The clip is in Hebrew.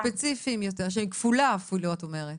שהם אחרים, ספציפיים יותר, כפולה אפילו את אומרת.